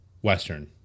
Western